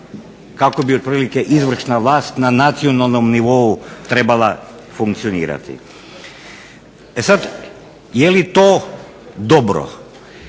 kako bi otprilike izvršna vlast na nacionalnom nivou trebala funkcionirati. E sad je li to dobro?